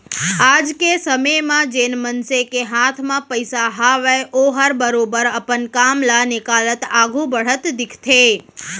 आज के समे म जेन मनसे के हाथ म पइसा हावय ओहर बरोबर अपन काम ल निकालत आघू बढ़त दिखथे